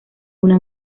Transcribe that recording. una